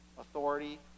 authority